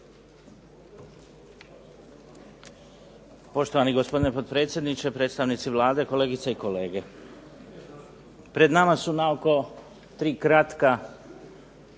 Poštovani gospodine potpredsjedniče, predstavnici Vlade, kolegice i kolege. Pred nama su naoko tri kratka